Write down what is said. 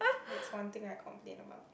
that's one thing I complain about